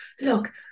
look